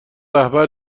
رهبر